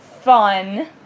fun